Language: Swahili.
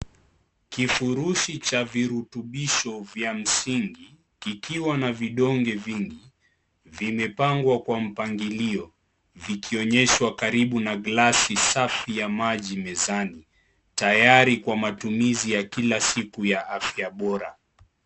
Kifurushi cha virutubisho vya msingi kikiwa na vidonge vingi vimepangwa kwa mpangilio vikionyeshwa karibu na glasi safi ya maji mezani tayari kwa matumizi ya kila siku ya afya bora.